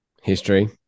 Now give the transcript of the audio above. history